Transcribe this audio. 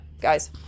Guys